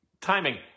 Timing